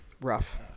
rough